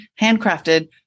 handcrafted